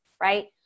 right